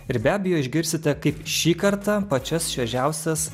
ir be abejo išgirsite kaip šį kartą pačias šviežiausias